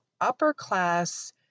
upper-class